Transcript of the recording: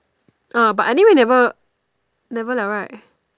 ah but anyway never never liao right